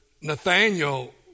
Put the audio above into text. Nathaniel